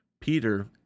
Peter